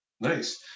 Nice